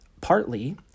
Partly